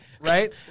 Right